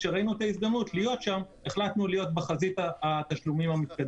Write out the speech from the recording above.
כשראינו את ההזדמנות להיות שם החלטנו להיות בחזית התשלומים המתקדמים.